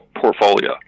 portfolio